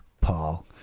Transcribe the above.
Paul